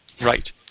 right